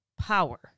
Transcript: power